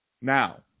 Now